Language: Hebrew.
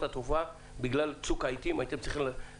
התעופה בגלל צוק העתים הייתם צריכים לתת